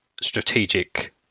strategic